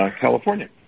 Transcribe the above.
California